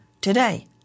today